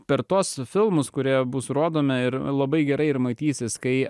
per tuos filmus kurie bus rodomi ir labai gerai ir matysis kai